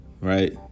right